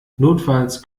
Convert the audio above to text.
notfalls